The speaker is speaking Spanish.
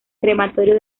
crematorio